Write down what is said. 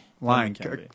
lying